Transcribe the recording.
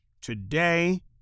today